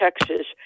Texas